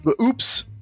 oops